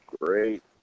great